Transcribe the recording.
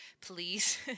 please